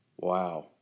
Wow